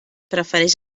prefereix